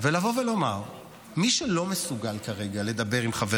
ולומר שמי שלא מסוגל כרגע לדבר עם חבר